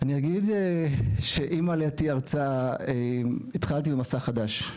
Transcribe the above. אני אגיד שעם עלייתי ארצה התחלתי במסע חדש.